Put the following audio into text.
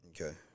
Okay